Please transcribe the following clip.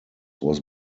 was